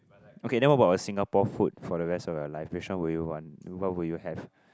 okay then what about a Singapore food for the rest of your life which one would you want what would you have